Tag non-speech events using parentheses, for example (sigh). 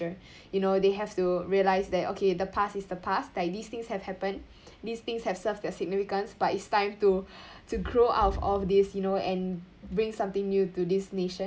you know they have to realise that okay the past is the past like this things have happened these thing have serve their significance but it's time to (breath) to grow up out of this you know and bring something new to this nation